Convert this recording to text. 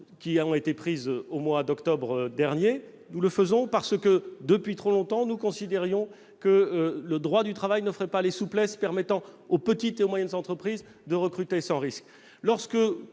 ordonnances prises au mois d'octobre dernier, nous le faisons parce que, depuis trop longtemps, nous considérions que le droit du travail n'offrait pas les souplesses permettant aux petites et moyennes entreprises de recruter sans risque.